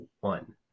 one